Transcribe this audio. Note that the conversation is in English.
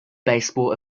baseball